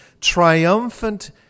triumphant